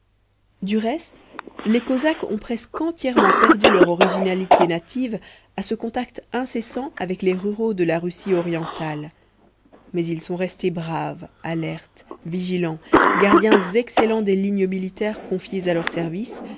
du reste les cosaques ont presque entièrement perdu leur originalité native à ce contact incessant avec les ruraux de la russie orientale mais ils sont restés braves alertes vigilants gardiens excellents des lignes militaires confiées à leur surveillance